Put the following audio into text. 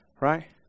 right